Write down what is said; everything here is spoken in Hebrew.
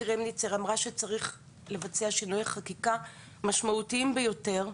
קרמניצר אמרה שצריך לבצע שינויי חקיקה משמעותיים ביותר.